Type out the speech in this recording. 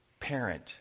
parent